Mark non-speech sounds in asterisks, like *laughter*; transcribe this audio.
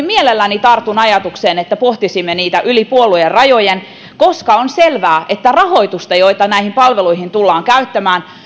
*unintelligible* mielelläni tartun ajatukseen että pohtisimme niitä yli puoluerajojen koska on selvää että rahoitusta joita näihin palveluihin tullaan käyttämään